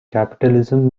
capitalism